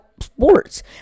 sports